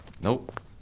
Nope